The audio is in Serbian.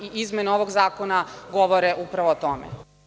Izmene ovog zakona govore upravo o tome.